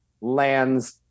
lands